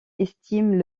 estiment